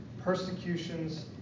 persecutions